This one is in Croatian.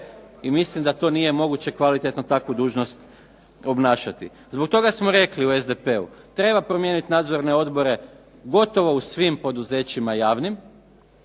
i mislim da to nije moguće kvalitetno takvu dužnost obnašati. Zbog toga smo rekli u SDP-u treba promijenit nadzorne odbore gotovo u svim poduzećima javnim,